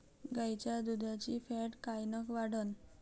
गाईच्या दुधाची फॅट कायन वाढन?